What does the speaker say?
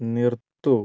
നിർത്തൂ